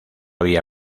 vía